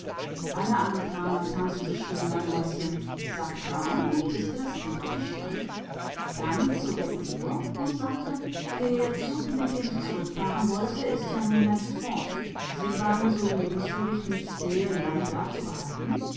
alle amerikaner tanzen so schön mein mäuschen sagte brown und küßte das kind auf die stirn dann zog er die uhr und sagte der zug mit dem ich zurückfahren wollte ist ja nun längst fort sie waren so liebenswürdig